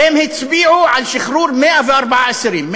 והם הצביעו על שחרור 104 אסירים.